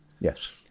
Yes